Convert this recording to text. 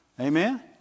Amen